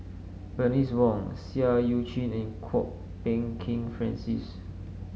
Bernice Wong Seah Eu Chin and Kwok Peng Kin Francis